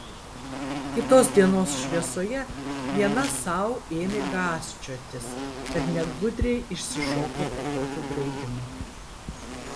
kitos dienos šviesoje viena sau ėmė gąsčiotis kad negudriai išsišoko po tokio draudimo